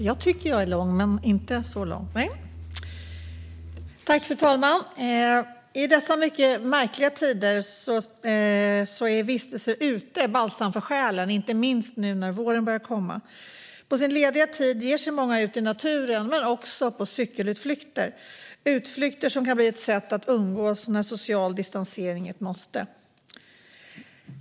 Fru talman! I dessa mycket märkliga tider är vistelse utomhus balsam för själen, inte minst nu när våren börjar komma. På sin lediga tid ger sig många ut i naturen, men också på cykelutflykter. Det kan bli ett sätt att umgås när social distansering är ett måste.